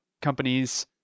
companies